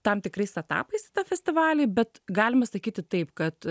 tam tikrais etapais festivalį bet galima sakyti taip kad